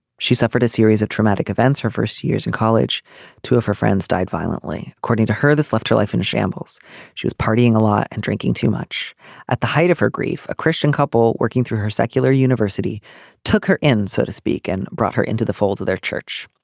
she suffered a series of traumatic events her first year in college two of her friends died violently according to her this left her life in shambles she was partying a lot and drinking too much at the height of her grief. a christian couple working through her secular university took her in so to speak and brought her into the fold of their church.